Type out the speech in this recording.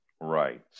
Right